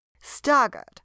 Staggered